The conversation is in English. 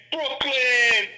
Brooklyn